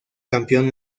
campeón